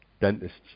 dentists